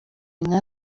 nka